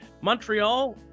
Montreal